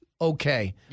okay